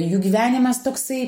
jų gyvenimas toksai